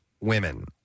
women